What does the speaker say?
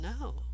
No